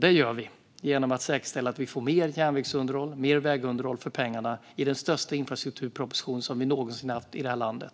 Det gör vi genom att säkerställa att vi får mer järnvägsunderhåll och vägunderhåll för pengarna i den största infrastrukturproposition som någonsin har lagts fram i landet.